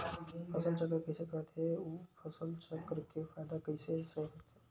फसल चक्र कइसे करथे उ फसल चक्र के फ़ायदा कइसे से होही?